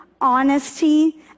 honesty